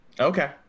Okay